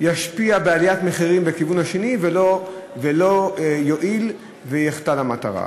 ישפיע בעליית מחירים בכיוון השני ולא יועיל ויחטא למטרה.